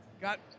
got